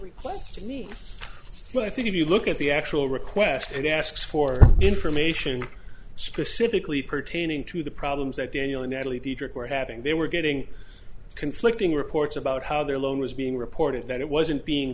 request to me but i think if you look at the actual request and ask for information specifically pertaining to the problems that daniel and natalie dietrich were having they were getting conflicting reports about how their loan was being reported that it wasn't being